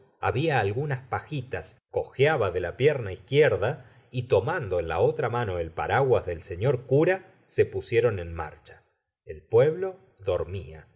ma algunas pajitas cojeaba de la pierna izquierda y tomando en la otra mano el paraguas del señor cura se pusieron en marcha el pueblo dormía